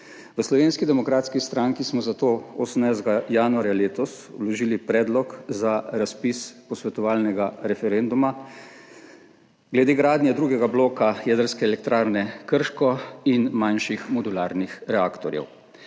V Slovenski demokratski stranki smo zato 18. januarja letos vložili predlog za razpis posvetovalnega referenduma glede gradnje drugega bloka Jedrske elektrarne Krško in manjših modularnih reaktorjev.